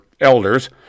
elders